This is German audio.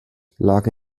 lag